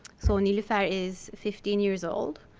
so niloufer is fifteen years old,